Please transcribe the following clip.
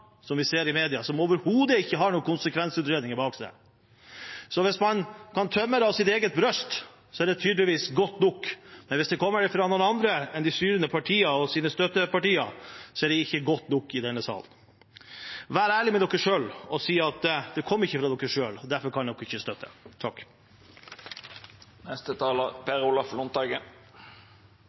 som vi ser i mediene, som overhodet ikke har noen konsekvensutredninger bak seg. Så hvis man kan suge det av eget bryst, er det tydeligvis godt nok, men hvis det kommer fra noen andre enn de styrende partiene og deres støttepartier, er det ikke godt nok i denne salen. Vær ærlig med dere selv og si at det ikke kom fra dere selv, og derfor kan dere ikke støtte